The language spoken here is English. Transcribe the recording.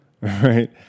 right